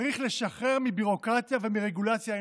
צריך לשחרר מהביורוקרטיה ומהרגולציה האין-סופית,